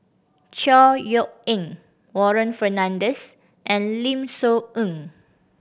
Chor Yeok Eng Warren Fernandez and Lim Soo Ngee